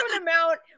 amount